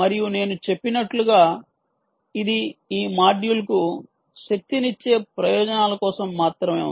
మరియు నేను చెప్పినట్లుగా ఇది ఈ మాడ్యూల్కు శక్తినిచ్చే ప్రయోజనాల కోసం మాత్రమే ఉంది